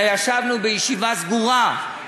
ישבנו בישיבה סגורה,